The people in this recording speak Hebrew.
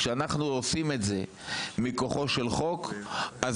כשאנחנו עושים את זה מכוחו של חוק אז